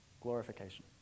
glorification